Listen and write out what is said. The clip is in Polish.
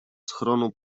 schronu